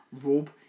robe